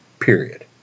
Period